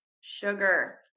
sugar